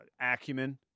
acumen